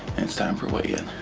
and it's time for weigh yeah